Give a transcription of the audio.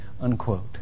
unquote